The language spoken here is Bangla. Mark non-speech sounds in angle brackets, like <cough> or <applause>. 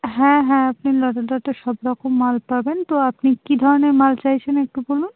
হ্যাঁ হ্যাঁ আপনি <unintelligible> সব রকম মাল পাবেন তো আপনি কী ধরনের মাল চাইছেন একটু বলুন